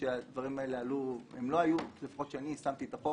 חשבתי כשהדברים האלה עלו לפחות כשאני יישמתי את החוק,